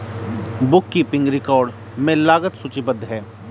book keeping record में लागत सूचीबद्ध है